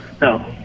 no